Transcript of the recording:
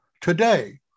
today